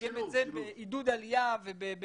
לתרגם את זה לעידוד עלייה וקליטה.